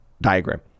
diagram